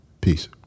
Peace